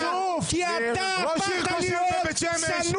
חצוף כי אתה ------ ראש עיר של בית שמש בא